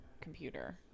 computer